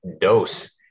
Dose